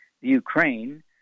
Ukraine